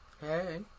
Hey